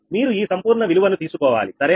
మీరు ఈ సంపూర్ణ విలువను తీసుకోవాలి సరేనా